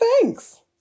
thanks